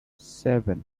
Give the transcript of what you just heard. seven